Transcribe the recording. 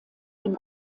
dem